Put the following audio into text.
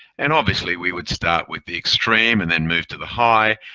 and obviously, we would start with the extreme and then move to the high,